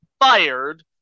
fired